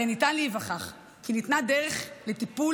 הרי ניתן להיווכח כי ניתנה דרך לטיפול